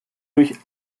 durch